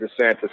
DeSantis